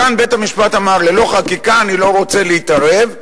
כאן בית-המשפט אמר: ללא חקיקה אני לא רוצה להתערב.